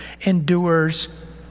endures